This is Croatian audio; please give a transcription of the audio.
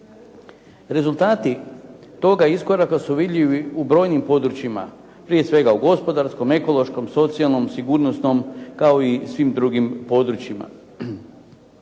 Rezultati toga iskoraka su vidljivi u brojnim područjima prije svega u gospodarskom, ekološkom, socijalnom, sigurnosnom kao i svim drugim područjima.